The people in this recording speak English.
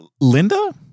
linda